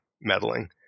meddling